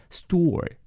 store